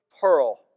pearl